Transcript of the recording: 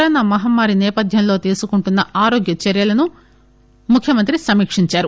corona మహమ్మారి నేపథ్యంలో తీసుకుంటున్న ఆరోగ్య చర్యలను ముఖ్యమంత్రి సమీక్షించారు